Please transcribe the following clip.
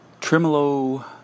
tremolo